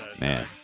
man